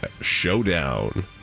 showdown